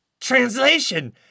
Translation